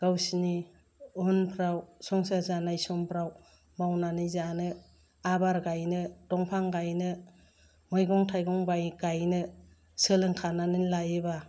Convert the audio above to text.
गावसिनि उनफ्राव संसार जानाय समफ्राव मावनानै जानो आबार गाइनो दंफां गाइनो मैगं थाइगं बाय गाइनो सोलोंखानानै लायोबा